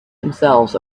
themselves